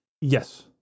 Yes